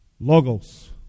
Logos